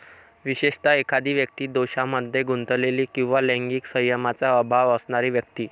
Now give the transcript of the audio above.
विशेषतः, एखादी व्यक्ती दोषांमध्ये गुंतलेली किंवा लैंगिक संयमाचा अभाव असणारी व्यक्ती